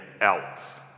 else